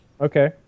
Okay